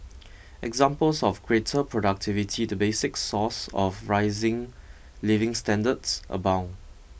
examples of greater productivity the basic source of rising living standards abound